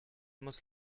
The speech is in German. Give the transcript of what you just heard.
muss